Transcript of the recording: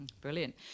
Brilliant